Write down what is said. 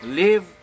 live